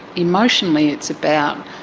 emotionally it's about